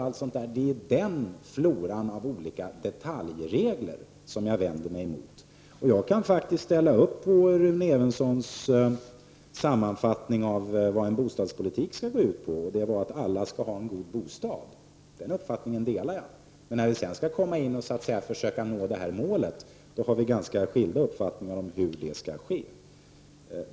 Det är alltså den floran av olika detaljregler som jag vänder mig mot. Jag kan faktiskt ställa upp på Rune Evenssons sammanfattning av vad bostadspolitiken skall gå ut på, nämligen att alla skall ha en god bostad. Den uppfattningen delar jag alltså. Men när vi sedan skall arbeta på att försöka nå det målet har vi ganska skilda uppfattningar om hur det skall ske.